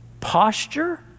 posture